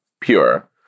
pure